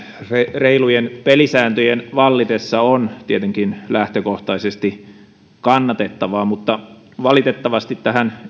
reilujen pelisääntöjen vallitessa on tietenkin lähtökohtaisesti kannatettavaa mutta valitettavasti tähän